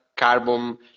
Carbon